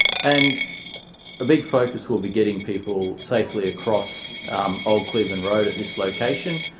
and a big focus will be getting people safely across old cleveland road at this location.